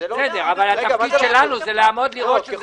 של השיפוי הנוסף.